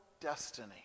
destiny